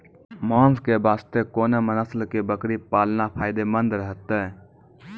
मांस के वास्ते कोंन नस्ल के बकरी पालना फायदे मंद रहतै?